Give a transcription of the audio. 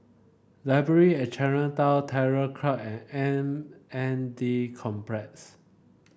Library at Chinatown Terror Club and M N D Complex